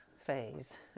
phase